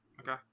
Okay